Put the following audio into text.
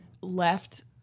left